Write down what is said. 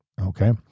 okay